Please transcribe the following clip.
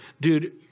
dude